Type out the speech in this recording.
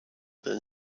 than